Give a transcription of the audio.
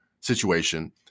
situation